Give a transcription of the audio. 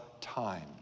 time